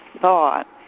thought